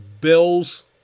Bills